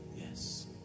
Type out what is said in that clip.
Yes